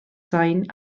sain